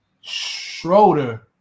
Schroeder